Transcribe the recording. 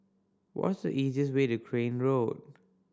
what's the easiest way to Crane Road